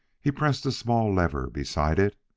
he pressed a small lever beside it,